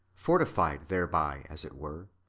fortified thereby, as it were,